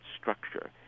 structure